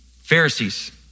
Pharisees